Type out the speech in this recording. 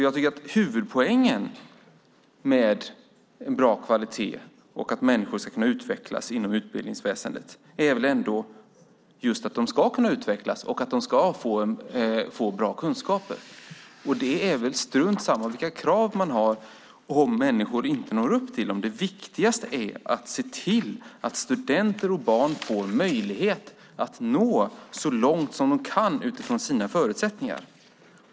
Jag tycker att huvudpoängen med en bra kvalitet och att människor ska kunna utvecklas inom utbildningsväsendet är just att de ska kunna utvecklas och få bra kunskaper. Det är väl strunt samma vilka krav man har om människor inte når upp till dem! Det viktigaste är att se till att studenter och barn får möjlighet att nå så långt som de kan utifrån sina förutsättningar.